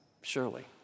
surely